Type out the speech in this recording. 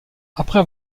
après